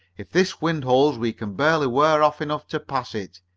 if this wind holds we can barely wear off enough to pass it.